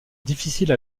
difficile